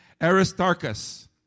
Aristarchus